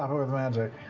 ah with magic,